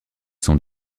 sont